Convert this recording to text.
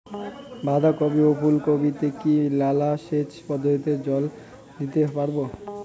বাধা কপি ও ফুল কপি তে কি নালা সেচ পদ্ধতিতে জল দিতে পারবো?